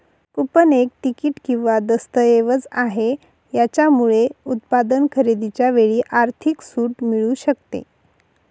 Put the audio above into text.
coupon एक ticket किंवा दस्तऐवज आहे, याच्यामुळे उत्पादन खरेदीच्या वेळी आर्थिक सूट मिळू शकते